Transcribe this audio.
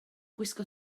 gwisgo